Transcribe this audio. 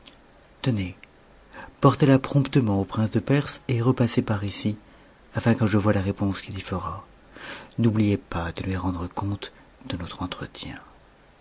tenez portez-la promptement au prince de perse et repassez par ici afin que je voie la réponse qu'il y fera n'oubliez pas de lui rendre compte de notre entretien